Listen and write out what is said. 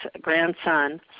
grandson